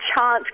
chance